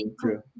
true